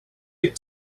get